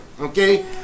Okay